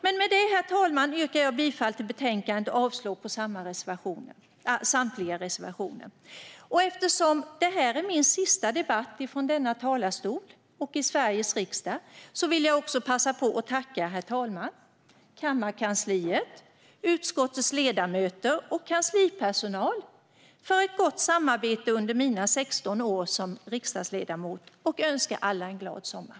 Herr talman! Med det yrkar jag bifall till utskottets förslag i betänkandet och avslag på samtliga reservationer. Eftersom det här är min sista debatt ifrån denna talarstol och i Sveriges riksdag vill jag passa på att tacka herr talman, kammarkansliet, utskottets ledamöter och kanslipersonal för ett gott samarbete under mina 16 år som riksdagsledamot. Jag önskar alla en glad sommar.